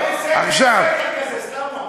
סתם הוא אמר.